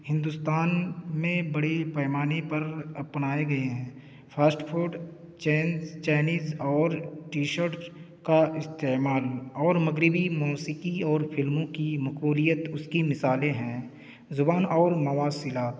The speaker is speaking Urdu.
ہندوستان میں بڑے پیمانے پر اپنائے گئے ہیں فاسٹ فوڈ چائنیز اور ٹی شرٹ کا استعمال اور مغربی موسیقی اور فلموں کی مقبولیت اس کی مثالیں ہیں زبان اور مواصلات